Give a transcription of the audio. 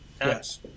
Yes